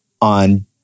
on